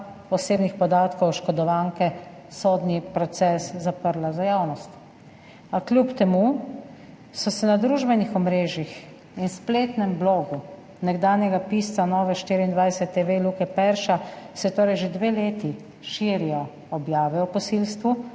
osebnih podatkov oškodovanke sodni proces zaprla za javnost. A kljub temu se na družbenih omrežjih in spletnem blogu nekdanjega pisca Nove24TV Luke Perša že dve leti širijo objave o posilstvu,